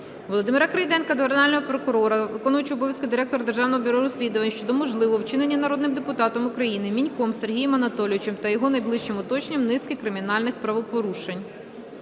Володимира Крейденка до Генерального прокурора, виконувача обов'язків директора Державного бюро розслідувань щодо можливого вчинення народним депутатом України Міньком Сергієм Анатолійовичем та його найближчим оточенням низки кримінальних правопорушень.